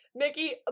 Mickey